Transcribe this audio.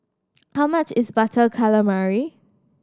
how much is Butter Calamari